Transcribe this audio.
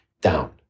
down